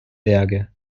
berge